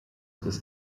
ist